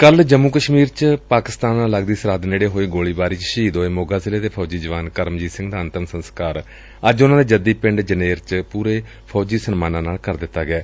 ਕੱਲੂ ਜੰਮੂ ਕਸ਼ਮੀਰ ਚ ਪਾਕਿਸਤਾਨ ਨਾਲ ਲਗਦੀ ਸਰਹੱਦ ਨੇੜੇ ਹੋਈ ਗੋਲੀਬਾਰੀ ਚ ਸ਼ਹੀਦ ਹੋਏ ਮੋਗਾ ਜ਼ਿਲ੍ਹੇ ਦੇ ਫੌਜੀ ਜਵਾਨ ਕਰਮਜੀਤ ਸਿੰਘ ਦਾ ਅੰਤਮ ਸੰਸਕਾਰ ਅੱਜ ਉਨੂਾਂ ਦੇ ਜੱਦੀ ਪਿੰਡ ਜਨੇਰ ਵਿਖੇ ਪੂਰੇ ਫੌਜੀ ਸਨਮਾਨਾਂ ਨਾਲ ਕਰ ਦਿੱਤਾ ਗਿਐ